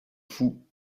fou